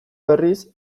berriz